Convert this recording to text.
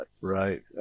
right